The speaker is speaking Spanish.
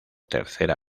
tercera